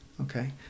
Okay